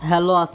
Hello